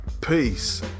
Peace